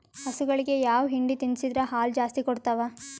ಹಸುಗಳಿಗೆ ಯಾವ ಹಿಂಡಿ ತಿನ್ಸಿದರ ಹಾಲು ಜಾಸ್ತಿ ಕೊಡತಾವಾ?